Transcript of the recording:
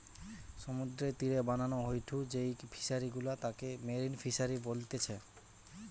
সমুদ্রের তীরে বানানো হয়ঢু যেই ফিশারি গুলা তাকে মেরিন ফিসারী বলতিচ্ছে